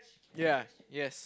ya yes